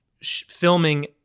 filming –